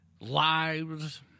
lives